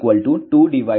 1n2k12n